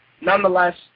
Nonetheless